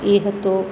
એ હતો